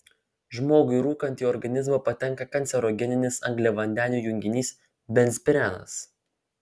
žmogui rūkant į organizmą patenka kancerogeninis angliavandenių junginys benzpirenas